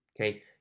Okay